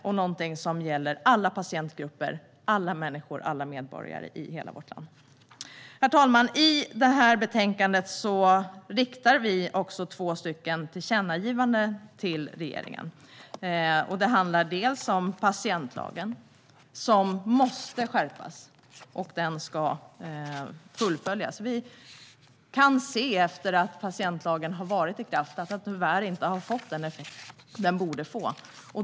Det är någonting som gäller alla patientgrupper, alla människor och alla medborgare i hela vårt land. Herr talman! I detta betänkande föreslår vi att riksdagen riktar två tillkännagivanden till regeringen. Det ena handlar om patientlagen, som måste skärpas och som ska fullföljas. Vi kan se att patientlagen sedan den trädde i kraft tyvärr inte har fått den effekt som den borde få.